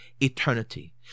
eternity